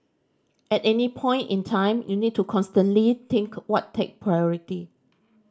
at any point in time you need to constantly think what take priority